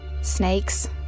Snakes